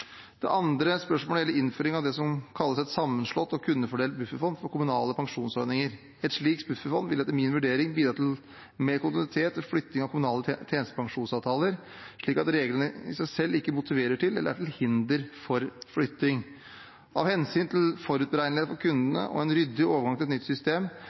Det andre spørsmålet gjelder innføring av det som kalles et sammenslått og kundefordelt bufferfond for kommunale pensjonsordninger. Et slik bufferfond vil etter min vurdering bidra til mer kontinuitet ved flytting av kommunale tjenestepensjonsavtaler slik at reglene i seg selv ikke motiverer til eller er til hinder for flytting. Av hensyn til forutberegnelighet for kundene og en ryddig overgang til et nytt system